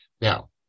Now